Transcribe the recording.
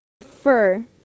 Fur